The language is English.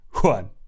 one